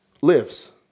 lives